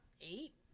eight